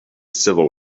civil